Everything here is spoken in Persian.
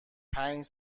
پنج